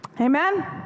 Amen